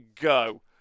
go